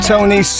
Tony